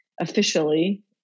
officially